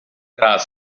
tras